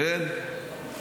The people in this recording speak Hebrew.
כן,